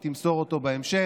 היא תמסור אותו בהמשך,